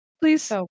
Please